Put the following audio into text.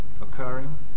occurring